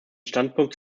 standpunkt